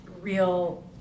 real